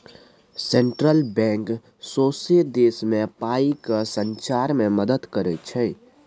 central bank सौंसे देश मे पाइ केँ सचार मे मदत करय छै